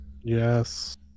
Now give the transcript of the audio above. Yes